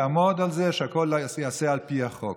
לעמוד על זה שהכול ייעשה על פי החוק.